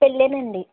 పెళ్ళేనండీ